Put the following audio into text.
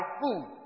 food